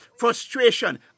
frustration